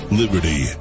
liberty